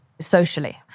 socially